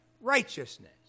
righteousness